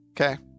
Okay